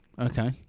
Okay